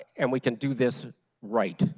and we can do this right.